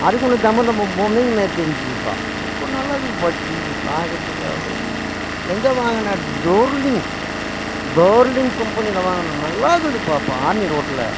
அதுக்கு முன்ன தம்மா தம்மா பொம்மைங்க மாரி தெரிஞ்சிதுப்பா இப்போ நல்லாருக்குதுப்பா டிவி பார்க்கறதுக்கே அவ்வளோ எங்கே வாங்கின டோர்லிங் டோர்லிங் கம்பெனிடில் வாங்கினோம் நல்லாருக்குதுப்பா பா ஆரணி ரோட்டில்